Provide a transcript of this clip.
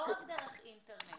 לא רק דרך אינטרנט.